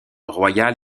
royal